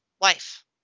wife